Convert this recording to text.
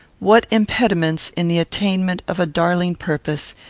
what impediments, in the attainment of a darling purpose,